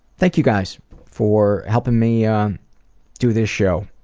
thank you guys for helping me um do this show,